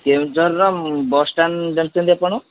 କେଉଁଝରର bus stand ଜାଣିଛନ୍ତି ଆପଣ